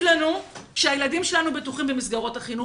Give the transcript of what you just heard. לנו שהילדים שלנו בטוחים במסגרות החינוך?